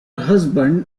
husband